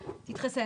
תתחסן.